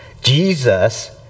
Jesus